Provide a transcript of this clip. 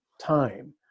time